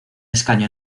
escaño